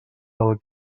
del